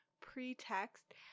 pretext